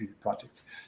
projects